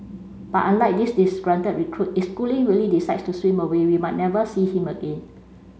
but unlike this disgruntled recruit it schooling really decides to swim away we might never see him again